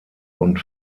und